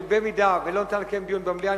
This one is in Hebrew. במידה שלא ניתן לקיים דיון במליאה,